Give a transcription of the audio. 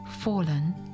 fallen